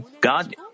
God